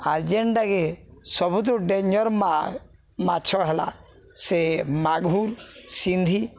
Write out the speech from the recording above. ଆର୍ ଯେନ୍ଟାକେ ସବୁଠୁ ଡେଞ୍ଜର ମାଲ୍ ମାଛ ହେଲା ସେ ମାଘୁର ସିନ୍ଧି